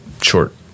short